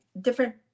different